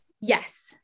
Yes